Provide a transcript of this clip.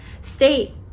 state